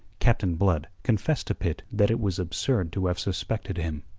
captain blood confessed to pitt that it was absurd to have suspected him.